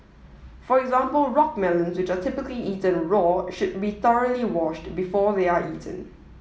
for example rock melons which are typically eaten raw should be thoroughly washed before they are eaten